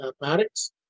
mathematics